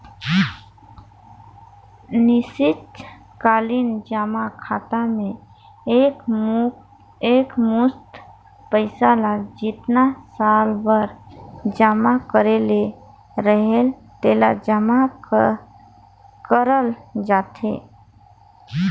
निस्चित कालीन जमा खाता में एकमुस्त पइसा ल जेतना साल बर जमा करे ले रहेल तेला जमा करल जाथे